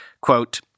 Quote